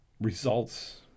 results